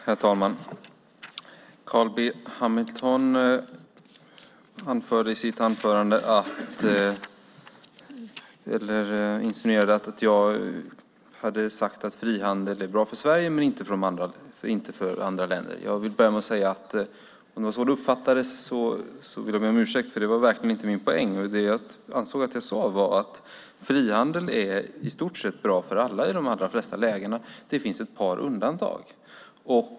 Herr talman! Carl B Hamilton insinuerade i sitt anförande att jag hade sagt att frihandel är bra för Sverige men inte för andra länder. Jag vill börja med att säga att om det var så du uppfattade det vill jag be om ursäkt, för det var verkligen inte min poäng. Det jag ansåg att jag sade var att frihandel i stort sett är bra för alla i de allra flesta lägena. Det finns ett par undantag.